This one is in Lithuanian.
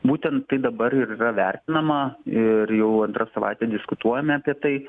būtent tai dabar ir yra vertinama ir jau antra savaitė diskutuojame apie tai